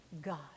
God